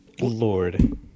Lord